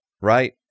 right